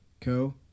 Co